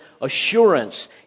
assurance